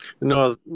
No